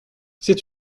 c’est